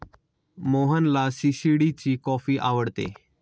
मोहनला सी.सी.डी ची कॉफी आवडते